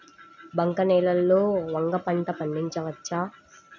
బంక నేలలో వంగ పంట పండించవచ్చా?